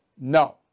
No